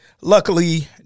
luckily